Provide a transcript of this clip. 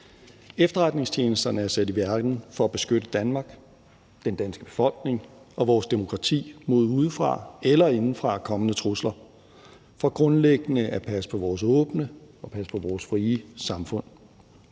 Efterretningstjenesterne er sat i verden for at beskytte Danmark, den danske befolkning og vores demokrati mod udefra- eller indefrakommende trusler og for grundlæggende at passe på vores åbne og vores frie samfund.